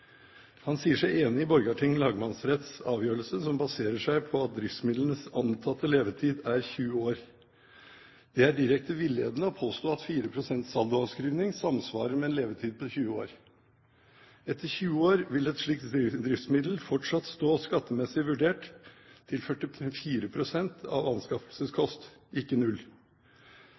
Han sier seg enig i Borgarting lagmannsretts avgjørelse, som baserer seg på at driftsmidlenes antatte levetid er 20 år. Det er direkte villedende å påstå at 4 pst. saldoavskrivning samsvarer med en levetid på 20 år. Etter 20 år vil et slikt driftsmiddel fortsatt stå skattemessig vurdert til 44 pst. av anskaffelseskost, ikke null.